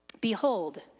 Behold